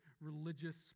religious